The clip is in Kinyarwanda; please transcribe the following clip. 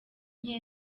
nke